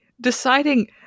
deciding